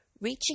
reaching